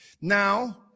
Now